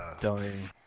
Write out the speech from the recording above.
dying